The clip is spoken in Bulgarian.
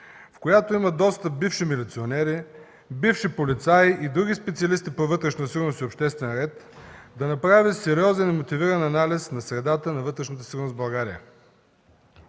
в която има доста бивши милиционери, бивши полицаи и други специалисти по вътрешна сигурност и обществен ред да направят сериозен и мотивиран анализ на средата на вътрешната сигурност в България.